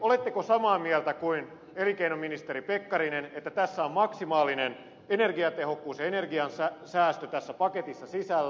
oletteko samaa mieltä kuin elinkeinoministeri pekkarinen että tässä on maksimaalinen energiatehokkuus ja energiansäästö tässä paketissa sisällä